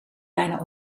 bijna